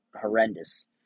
horrendous